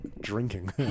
drinking